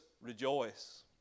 rejoice